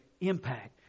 impact